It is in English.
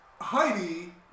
Heidi